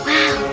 Wow